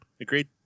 Agreed